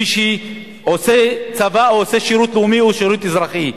מי שעושה צבא או עושה שירות לאומי או שירות אזרחי.